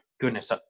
goodness